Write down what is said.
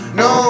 no